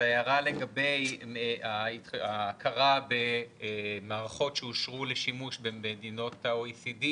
ההערה לגבי ההכרה במערכות שאושרו לשימוש במדינות ה-OECD,